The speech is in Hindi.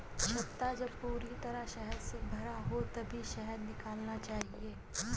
छत्ता जब पूरी तरह शहद से भरा हो तभी शहद निकालना चाहिए